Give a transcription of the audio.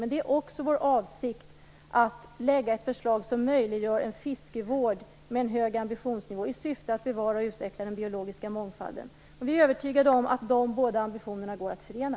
Men det är också vår avsikt att lägga fram ett förslag som möjliggör en fiskevård med en hög ambitionsnivå i syfte att bevara och utveckla den biologiska mångfalden. Vi är övertygade om dessa både ambitioner går att förena.